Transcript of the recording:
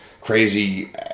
crazy